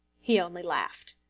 he only laughed.